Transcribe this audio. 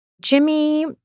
Jimmy